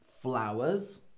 flowers